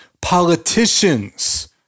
politicians